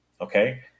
okay